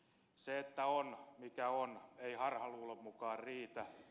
se että on mikä on ei harhaluulon mukaan riitä